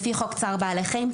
לפי חוק צער בעלי חיים,